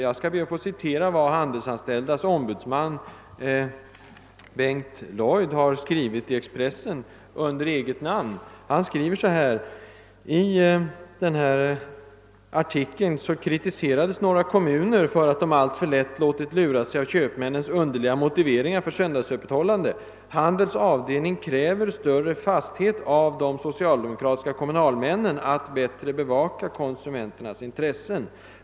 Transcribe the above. Jag skall be att få citera vad Handelsanställdas ombudsman Bengt Lloyd har skrivit i Expressen i eget namn om det åsyftade uttalandet. »Där kritiserades nämligen några kommuner för att de alltför lätt låtit lura sig av köpmännens underliga motiveringar för söndagsöppethållande. Handels avdelning kräver större fasthet av de socialdemokratiska kommunalmännen att bättre bevaka konsumenternas intressen.